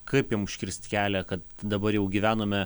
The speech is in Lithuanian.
kaip jom užkirst kelią kad dabar jau gyvenome